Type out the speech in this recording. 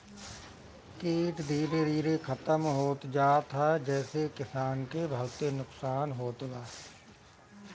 कीट धीरे धीरे खतम होत जात ह जेसे किसान के बहुते नुकसान होत बा